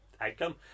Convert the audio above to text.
outcome